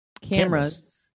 cameras